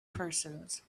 persons